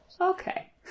Okay